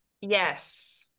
yes